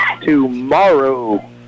tomorrow